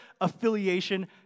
affiliation